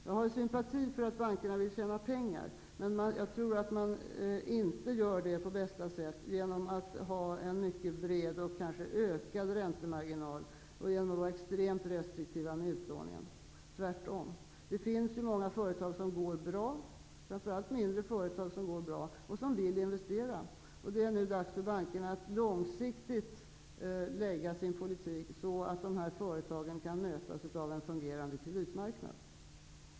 Jag har sympati för att bankerna vill tjäna pengar, men jag tror inte att de gör det på bästa sätt genom att ha en mycket bred och kanske ökad räntemarginal och genom att vara extremt restriktiva med utlåning -- tvärtom. Det finns många företag som går bra, framför allt mindre företag, som vill investera. Det är nu dags för bankerna att långsiktigt driva sin politik så att dessa företag kan mötas av en fungerande kreditmarknad.